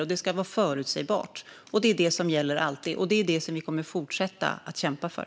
Det ska också vara förutsägbart. Detta gäller alltid, och det är det som vi kommer att fortsätta att kämpa för.